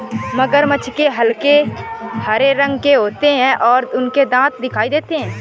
मगरमच्छ हल्के हरे रंग के होते हैं और उनके दांत दिखाई देते हैं